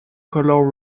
color